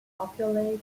populate